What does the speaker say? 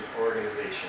organization